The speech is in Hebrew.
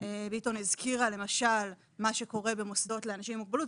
ביטון הזכירה למשל מה שקורה במוסדות לאנשים עם מוגבלות,